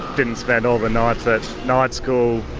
didn't spend all the nights at night school